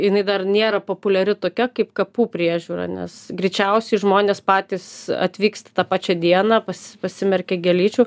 jinai dar nėra populiari tokia kaip kapų priežiūra nes greičiausiai žmonės patys atvyksta tą pačia dieną pas prasimerkia gėlyčių